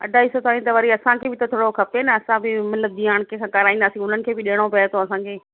अढाई सौ ताणी त वरी असांखे बि त थोरो खपे न असां बि मतिलब जीअं हाणे कंहिंसां कराईंदासीं हुननि खे बि ॾियणो पए थो असांखे